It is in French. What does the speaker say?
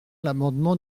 l’amendement